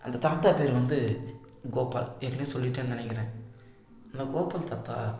அந்த தாத்தா பெயரு வந்து கோபால் ஏற்கனவே சொல்லிட்டேன்னு நினைக்கிறேன் அந்த கோபால் தாத்தா